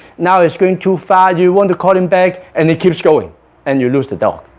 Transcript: now he's going too far you want to call him back and he keeps going and you lose the dog